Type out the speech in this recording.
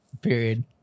period